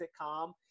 sitcom